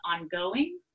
ongoing